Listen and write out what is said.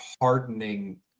hardening